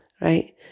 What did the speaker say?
right